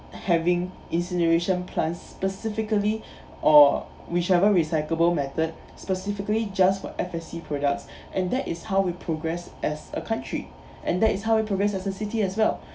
having incineration plants specifically or whichever recyclable method specifically just for F_S_C products and that is how we progress as a country and that is how we progress as a city as well